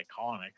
iconic